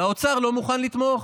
והאוצר לא מוכן לתמוך.